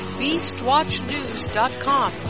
beastwatchnews.com